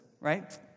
right